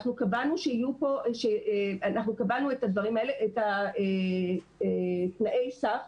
אנחנו קבענו תנאי סף.